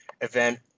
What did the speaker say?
event